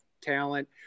talent